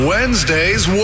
Wednesday's